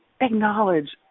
acknowledge